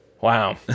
Wow